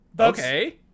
Okay